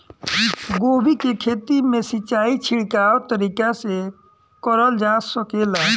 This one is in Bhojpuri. गोभी के खेती में सिचाई छिड़काव तरीका से क़रल जा सकेला?